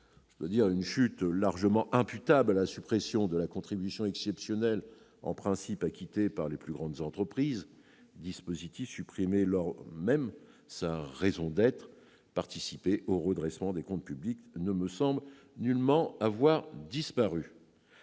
Une chute largement imputable à la suppression de la contribution exceptionnelle en principe acquittée par les plus grandes entreprises, dispositif supprimé alors même que sa raison d'être, participer au redressement des comptes publics, ne me semble nullement avoir disparu.